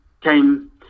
came